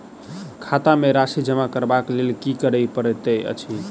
खाता मे राशि जमा करबाक लेल की करै पड़तै अछि?